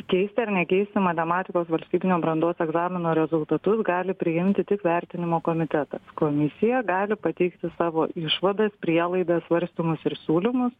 keisti ar nekeisti matematikos valstybinio brandos egzamino rezultatus gali priimti tik vertinimo komitetas komisija gali pateikti savo išvadas prielaidas svarstymus ir siūlymus